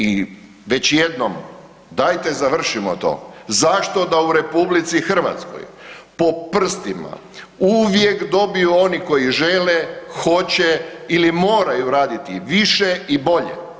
I već jednom, dajte završimo to, zašto da u RH po prstima uvijek dobiju oni koji žele, hoće ili moraju raditi više i bolje?